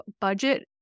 budget